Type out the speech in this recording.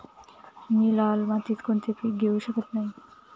मी लाल मातीत कोणते पीक घेवू शकत नाही?